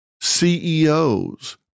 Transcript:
CEOs